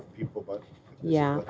of yeah